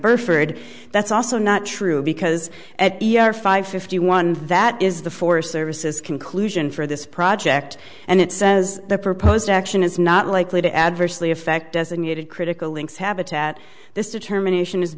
burford that's also not true because at five fifty one that is the forest service is conclusion for this project and it says the proposed action is not likely to adversely affect designated critical links habitat this determination is